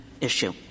issue